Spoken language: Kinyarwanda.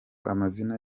amazina